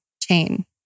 chain